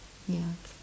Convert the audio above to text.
yeah